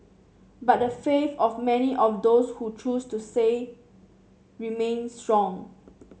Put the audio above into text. but the faith of many of those who choose to say remain strong